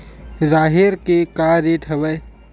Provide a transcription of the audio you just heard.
राहेर के का रेट हवय?